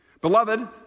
Beloved